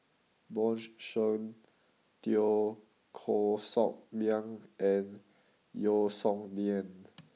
Bjorn Shen Teo Koh Sock Miang and Yeo Song Nian